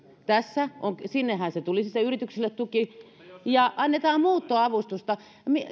sinne yrityksillehän se tuki tulisi ja annetaan muuttoavustusta jos